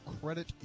Credit